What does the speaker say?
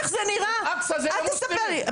אל אקצה שייך למוסלמים.